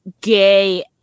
gay